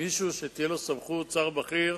מישהו שתהיה לו סמכות, שר בכיר,